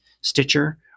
Stitcher